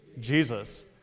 Jesus